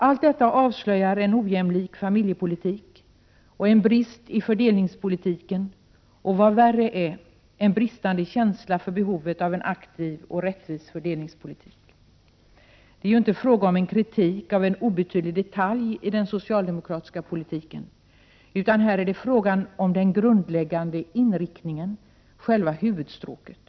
Allt detta avslöjar en ojämlik familjepolitik, en brist i fördelningspolitiken och, vad värre är, en bristande känsla för behovet av en aktiv och rättvis fördelningspolitik. Det är ju inte fråga om en kritik av en obetydlig detalj i den socialdemokratiska politiken. Här är det tvärtom fråga om den grundläggande inriktningen — själva huvudstråket.